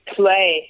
play